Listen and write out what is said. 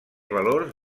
valors